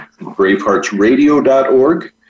BraveHeartsRadio.org